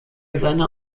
seiner